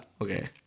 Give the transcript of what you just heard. Okay